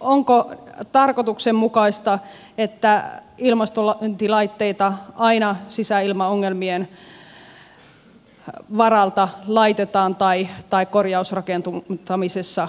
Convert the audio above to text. onko tarkoituksenmukaista että ilmastointilaitteita aina sisäilmaongelmien varalta laitetaan tai korjausrakentamisessa edellytetään